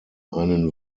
einen